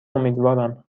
امیدوارم